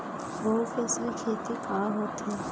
बहुफसली खेती का होथे?